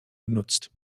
genutzt